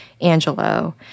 Angelo